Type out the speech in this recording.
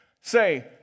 Say